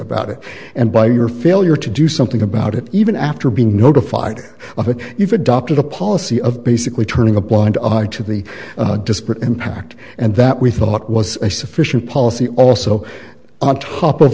about it and by your failure to do something about it even after being notified of it you've adopted a policy of basically turning a blind eye to the disparate impact and that we thought was a sufficient policy also on top of